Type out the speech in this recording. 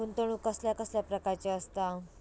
गुंतवणूक कसल्या कसल्या प्रकाराची असता?